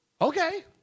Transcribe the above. Okay